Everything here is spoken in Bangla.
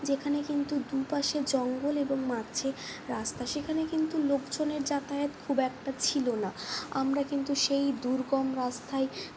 যেখানে কিন্তু দুপাশে জঙ্গল এবং মাঝে রাস্তা সেখানে কিন্তু লোকজনের যাতায়াত খুব একটা ছিলো না আমরা কিন্তু সেই দুর্গম রাস্তায়